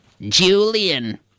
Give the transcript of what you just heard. Julian